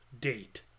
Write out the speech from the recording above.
date